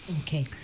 okay